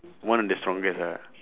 one of the strongest ah